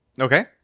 Okay